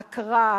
ההכרה,